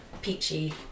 Peachy